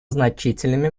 значительными